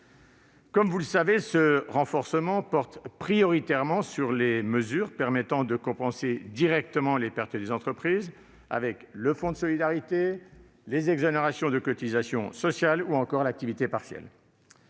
Comme vous le savez, ce renforcement porte prioritairement sur les mesures permettant de compenser directement les pertes des entreprises, avec le fonds de solidarité, les exonérations de cotisations sociales ou encore l'activité partielle.